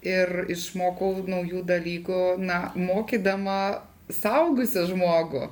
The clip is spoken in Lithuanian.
ir išmokau naujų dalykų na mokydama suaugusį žmogų